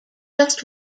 just